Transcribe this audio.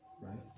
Right